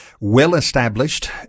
well-established